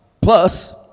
Plus